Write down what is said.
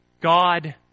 God